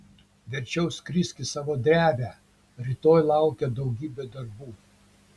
verčiau skrisk į savo drevę rytoj laukia daugybė darbų